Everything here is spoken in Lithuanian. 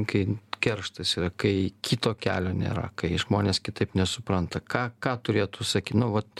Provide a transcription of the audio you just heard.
kai kerštas yra kai kito kelio nėra kai žmonės kitaip nesupranta ką ką turėtų sakyt nu vat